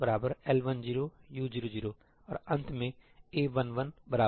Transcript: A10L10U00 और अंत मेंA11L10U01 L11U11